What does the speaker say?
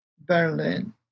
Berlin